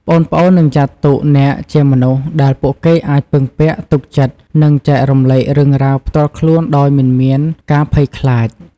ប្អូនៗនឹងចាត់ទុកអ្នកជាមនុស្សដែលពួកគេអាច ពឹងពាក់ ទុកចិត្ត និងចែករំលែករឿងរ៉ាវ ផ្ទាល់ខ្លួនដោយមិនមានការភ័យខ្លាច ។